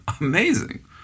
Amazing